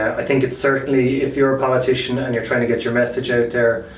i think it's certainly, if your a politician and your trying to get your message out there,